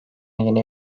yeni